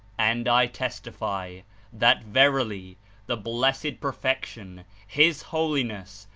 and i testify that verily the blessed perfection, his holiness,